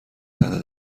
تحت